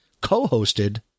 co-hosted